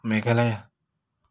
Meghalaya